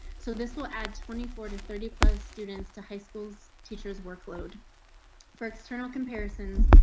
so this will add twenty four to thirty plus students to high schools. teachers workload for external comparisons.